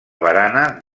barana